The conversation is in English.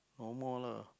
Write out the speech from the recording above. one more lah